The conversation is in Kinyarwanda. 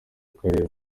karere